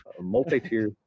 multi-tier